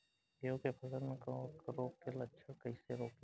गेहूं के फसल में कवक रोग के लक्षण कईसे रोकी?